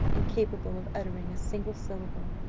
incapable of uttering a single syllable.